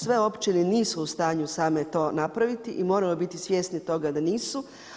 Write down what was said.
Sve općine nisu u stanju same to napraviti i moramo biti svjesni toga da nisu.